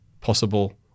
possible